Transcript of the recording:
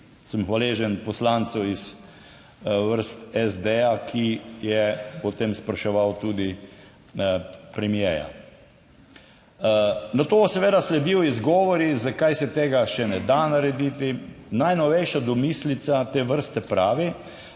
Sem hvaležen poslancu iz vrst SD, ki je o tem spraševal tudi premierja. Nato seveda sledijo izgovori, zakaj se tega še ne da narediti. Najnovejša domislica te vrste pravi,